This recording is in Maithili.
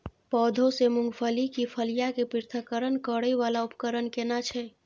पौधों से मूंगफली की फलियां के पृथक्करण करय वाला उपकरण केना छै?